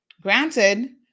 granted